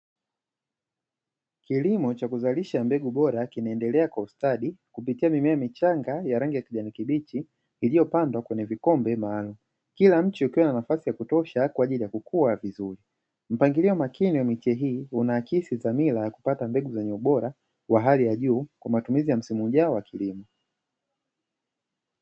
Kilimo cha kuzalisha mbegu bora kinaendelea kwa ustadi kupitia mimea michanga ya rangi ya kijani kibichi iliyopandwa kwenye vikombe maalumu. Kila mche ukiwa na nafasi ya kutosha kwa ajili ya kukua vizuri. Mpangilio wa makini wa miche hii unahakiki dhamira ya kupaza mbegu zenye ubora wa hali ya juu kwa matumizi ya msimu ujao wa kilimo.